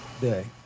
day